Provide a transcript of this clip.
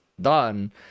done